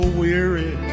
weary